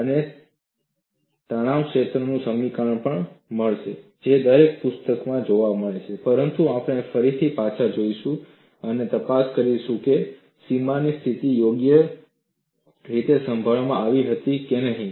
અમને તણાવ ક્ષેત્રનું સમીકરણ પણ મળશે જે દરેક પુસ્તકમાં જોવા મળે છે પરંતુ આપણે ફરીથી પાછા જઈશું અને તપાસ કરીશું કે સીમાની સ્થિતિ યોગ્ય રીતે સંભાળવામાં આવી હતી કે નહીં